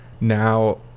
now